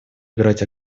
играть